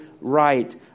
right